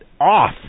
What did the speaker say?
off